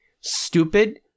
stupid